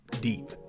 deep